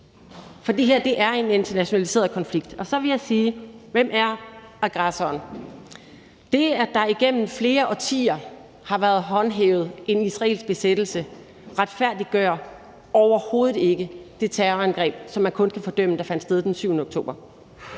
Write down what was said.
For det her er en internationaliseret konflikt. Så vil jeg sige: Hvem er aggressoren? Det, at der igennem flere årtier har været håndhævet en israelsk besættelse, retfærdiggør overhovedet ikke det terrorangreb, som man kun kan fordømme, der fandt sted den 7. oktober.